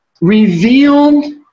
revealed